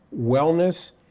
wellness